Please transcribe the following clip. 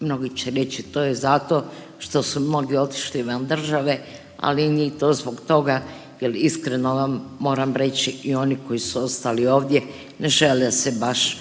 mnogi će reći to je zato što su mnogi otišli van države, ali nije to zbog toga jel iskreno vam moram reći i oni koji su ostali ovdje ne žele se baš